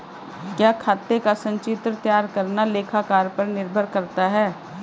क्या खाते का संचित्र तैयार करना लेखाकार पर निर्भर करता है?